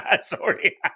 sorry